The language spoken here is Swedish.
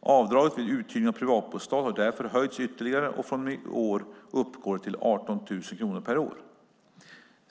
Avdraget vid uthyrning av privatbostad har därför höjts ytterligare, och från i år uppgår det till 18 000 kronor per år.